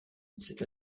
cette